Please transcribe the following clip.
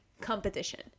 competition